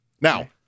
Now